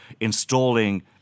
installing